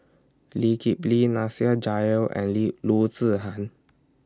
Lee Kip Lee Nasir Jalil and Loo Zihan